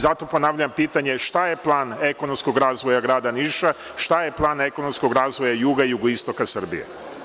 Zato ponavljam pitanje – šta je plan ekonomskog razvoja grada Niša, šta je plan ekonomskog razvoja juga i jugoistoka Srbije?